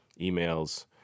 emails